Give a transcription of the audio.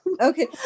okay